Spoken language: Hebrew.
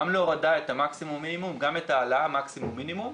גם את ההורדה המקסימום ומינימום וגם את ההעלאה מקסימום מינימום,